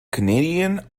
canadian